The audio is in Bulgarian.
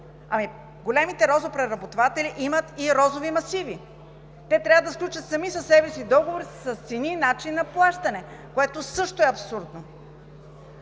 ли? Големите розопреработватели имат и розови масиви – те трябва да сключат сами със себе си договори с цени и начин на плащане, което също е абсурдно.